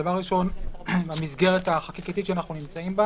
דבר ראשון, המסגרת החקיקתית שאנחנו נמצאים בה